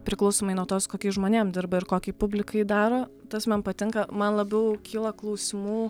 priklausomai nuo to su kokiais žmonėm dirba ir kokiai publikai daro tas man patinka man labiau kyla klausimų